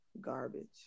Garbage